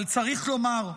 אבל צריך לומר,